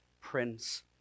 prince